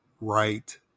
right